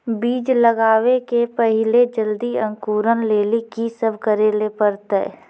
बीज लगावे के पहिले जल्दी अंकुरण लेली की सब करे ले परतै?